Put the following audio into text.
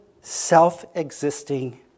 self-existing